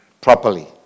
properly